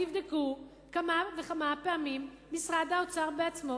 תבדקו כמה וכמה פעמים משרד האוצר בעצמו,